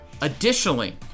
additionally